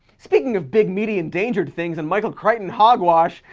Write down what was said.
speaking of big meaty endangered things and michael crichton hogwash,